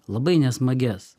labai nesmagias